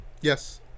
yes